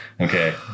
Okay